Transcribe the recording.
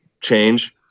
change